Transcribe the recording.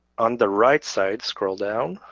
on the right side scroll down,